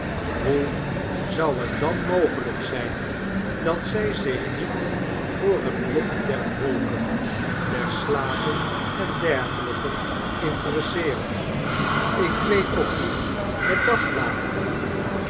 hoe zou het dan mogelijk zijn dat zij zich niet voor het lot der volken der slaven en dergelijken interesseeren ik dweep ook niet met dagbladen